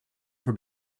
for